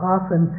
Often